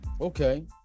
Okay